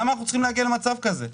למה אנחנו צריכים להגיע למצב כזה?